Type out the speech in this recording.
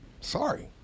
sorry